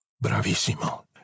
Bravissimo